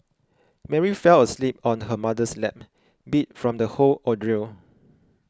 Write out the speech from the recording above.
Mary fell asleep on her mother's lap beat from the whole ordeal